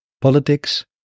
politics